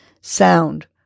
sound